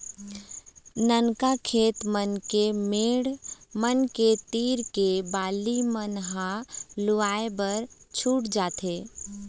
ननका खेत मन के मेड़ मन के तीर के बाली मन ह लुवाए बर छूट जाथे